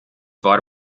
war